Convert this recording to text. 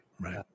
right